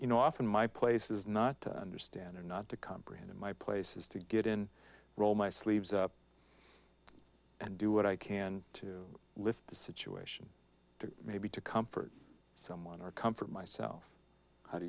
you know often my place is not to understand or not to comprehend in my place is to get in roll my sleeves up and do what i can to lift the situation to maybe to comfort someone or comfort myself how do